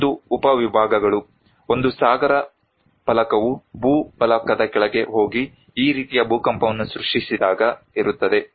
ಇನ್ನೊಂದು ಉಪವಿಭಾಗಗಳು ಒಂದು ಸಾಗರ ಫಲಕವು ಭೂ ಫಲಕದ ಕೆಳಗೆ ಹೋಗಿ ಈ ರೀತಿಯ ಭೂಕಂಪವನ್ನು ಸೃಷ್ಟಿಸಿದಾಗ ಇರುತ್ತದೆ